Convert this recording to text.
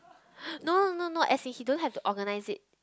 no no no as in he don't have to organise it